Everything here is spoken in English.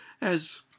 as—